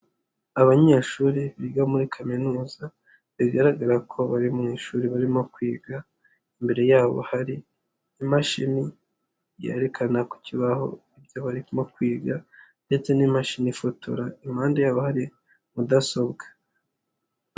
Abanyeshuri biga muri kaminuza bigaragara ko bari mu ishuri barimo kwiga, imbere yabo hari imashini yerekana ku kibaho ibyo barimo kwiga ndetse n'imashini ifotora, impande yabo hari mudasobwa.